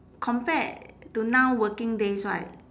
compared to now working days right